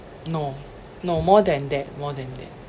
no no more than that more than that